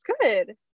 good